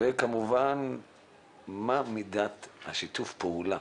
וכמובן מה מידת שיתוף הפעולה